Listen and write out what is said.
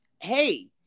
hey